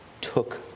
took